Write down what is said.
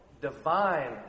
divine